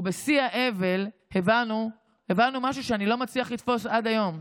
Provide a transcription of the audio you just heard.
ובשיא האבל הבנו משהו שאני לא מצליח לתפוס עד היום.